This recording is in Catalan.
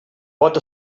bot